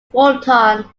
fulton